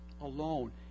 alone